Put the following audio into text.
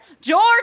George